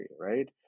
right